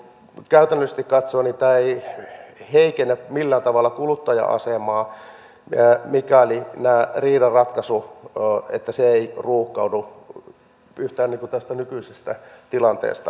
käytännöllisesti katsoen tämä ei heikennä millään tavalla kuluttajan asemaa mikäli nämä riidan ratkaisut eivät ruuhkaudu yhtään enempää tästä nykyisestä tilanteesta